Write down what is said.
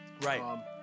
Right